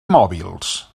mòbils